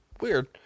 Weird